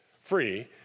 free